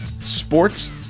sports